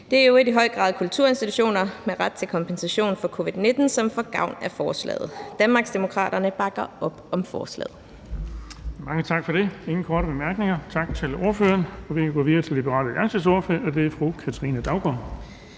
Det er jo i høj grad kulturinstitutioner med ret til kompensation for covid-19, som får gavn af forslaget. Danmarksdemokraterne bakker op om forslaget. Kl. 13:29 Den fg. formand (Erling Bonnesen): Mange tak for det. Der er ingen korte bemærkninger. Tak til ordføreren. Vi går videre til Liberal Alliances ordfører, og det er fru Katrine Daugaard.